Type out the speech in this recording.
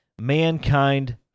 mankind